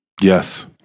Yes